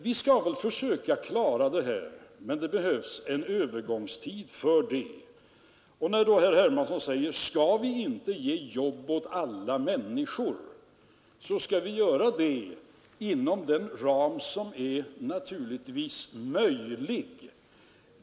Vi skall försöka lösa detta problem, men det behövs en övergångstid. När herr Hermansson frågar om vi inte skall ge jobb åt alla människor, vill jag svara att vi skall göra det inom den ram som naturligen är möjlig.